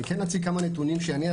אני כן אציג כמה נתונים שאני אספתי.